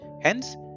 Hence